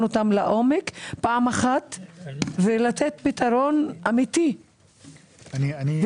אותם לעומק פעם אחת ולתת פתרון אמיתי וצודק.